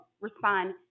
respond